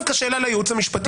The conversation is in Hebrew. וזו דווקא שאלה לייעוץ המשפטי.